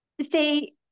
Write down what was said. say